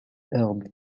herbe